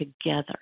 together